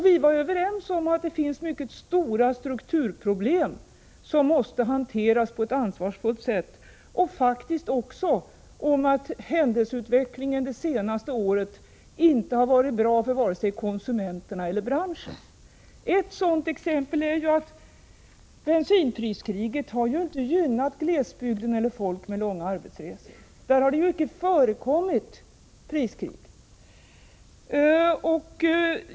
Vi var överens om att det finns mycket stora strukturproblem som måste hanteras på ett ansvarsfullt sätt, och vi var faktiskt också överens om att : händelseutvecklingen under det senaste året inte har varit bra för vare sig konsumenterna eller branschen. Ett sådant exempel är att bensinpriskriget inte har gynnat glesbygden eller folk med långa arbetsresor — för dem har det inte förekommit något priskrig.